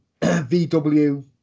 VW